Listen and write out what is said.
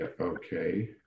okay